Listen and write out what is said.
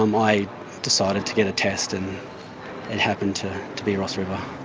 um i decided to get a test and it happened to to be ross river.